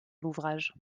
l’ouvrage